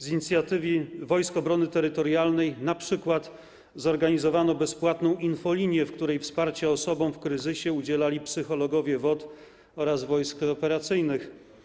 Z inicjatywy Wojsk Obrony Terytorialnej np. zorganizowano bezpłatną infolinię, za pomocą której wsparcia osobom w kryzysie udzielali psychologowie WOT oraz wojsk operacyjnych.